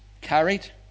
carried